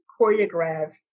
choreographs